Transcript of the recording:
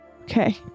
okay